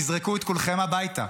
יזרקו את כולכם הביתה.